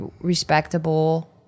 respectable